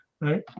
Right